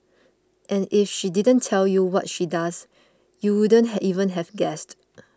and if she didn't tell you what she does you wouldn't have even have guessed